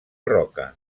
roca